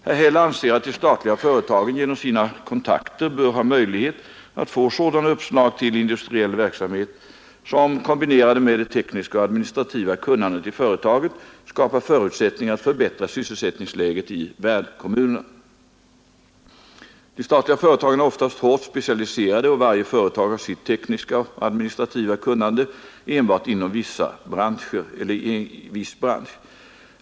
Herr Häll anser att de statliga företagen genom sina kontakter bör ha möjlighet att få sådana uppslag till industriell verksamhet som, kombinerade med det tekniska och administrativa kunnandet i företaget, skapar förutsättningar att förbättra sysselsättningsläget i värdkommunerna. De statliga företagen är oftast hårt specialiserade, och varje företag har sitt tekniska och administrativa kunnande enbart inom viss bransch.